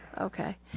Okay